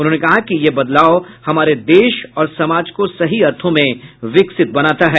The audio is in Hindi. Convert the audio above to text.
उन्होंने कहा कि यह बदलाव हमारे देश और समाज को सही अर्थो में विकसित बनाता है